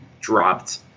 dropped